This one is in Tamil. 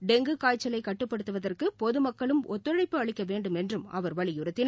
டெங்கு காய்ச்சலைகட்டுப்படுத்துவதற்குபொதுமக்களும் ஒத்துழைப்பு அளிக்கவேண்டுமென்றும் அவர் வலியுறுத்தினார்